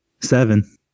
Seven